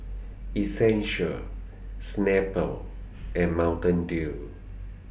Essential Snapple and Mountain Dew